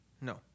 No